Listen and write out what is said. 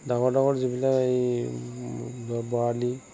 ডাঙৰ ডাঙৰ যিবিলাক এই বৰালি